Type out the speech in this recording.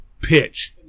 pitch